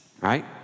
right